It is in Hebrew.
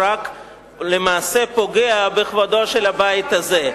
הוא רק, למעשה, פוגע בכבודו של הבית הזה.